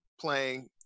playing